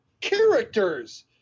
characters